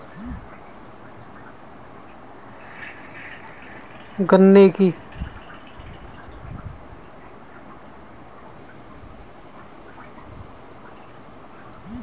अगले साल आप किस चीज की खेती करेंगे?